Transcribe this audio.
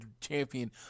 champion